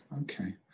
Okay